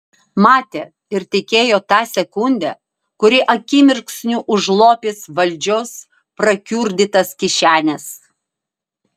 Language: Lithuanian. matė ir tikėjo ta sekunde kuri akimirksniu užlopys valdžios prakiurdytas kišenes